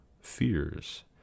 fears